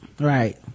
right